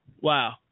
wow